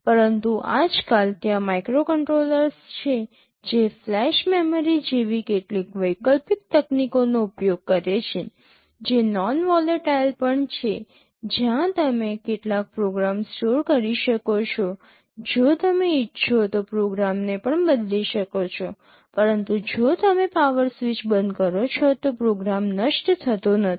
પરંતુ આજકાલ ત્યાં માઇક્રોકન્ટ્રોલર્સ છે જે ફ્લેશ મેમરી જેવી કેટલીક વૈકલ્પિક તકનીકોનો ઉપયોગ કરે છે જે નોન વોલેટાઇલ પણ છે જ્યાં તમે કેટલાક પ્રોગ્રામ સ્ટોર કરી શકો છો જો તમે ઇચ્છો તો પ્રોગ્રામને પણ બદલી શકો છો પરંતુ જો તમે પાવર સ્વિચ બંધ કરો છો તો પ્રોગ્રામ નષ્ટ થતો નથી